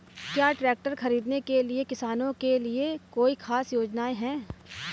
क्या ट्रैक्टर खरीदने के लिए किसानों के लिए कोई ख़ास योजनाएं हैं?